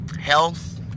health